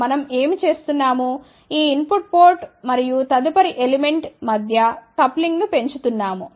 మనం ఏమి చేస్తున్నాముఈ ఇన్ పుట్ పోర్ట్ మరియు తదుపరి ఎలిమెంట్ మధ్య కప్ లింగ్ ను పెంచుతున్నాము